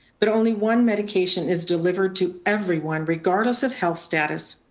but only one medication is delivered to everyone regardless of health status,